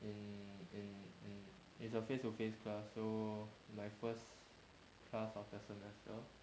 in in in it's a face to face so my first class of the semester